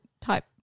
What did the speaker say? type